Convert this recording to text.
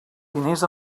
diners